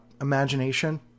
imagination